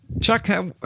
Chuck